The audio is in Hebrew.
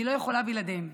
אני לא יכולה בלעדיהם.